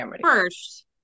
First